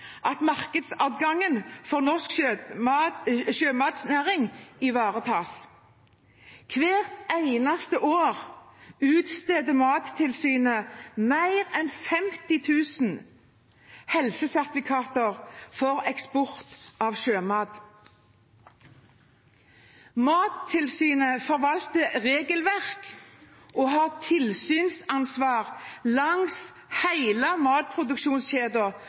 at markedsadgangen for norsk sjømatnæring ivaretas. Hvert eneste år utsteder Mattilsynet mer enn 50 000 helsesertifikater for eksport av sjømat. Mattilsynet forvalter regelverk og har tilsynsansvar langs